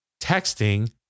texting